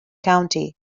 county